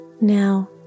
Now